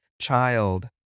child